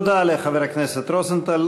תודה לחבר הכנסת רוזנטל.